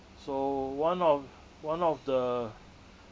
so one of one of the